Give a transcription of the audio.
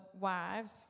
wives